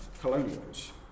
colonials